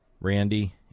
Randy